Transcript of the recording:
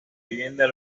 vivienda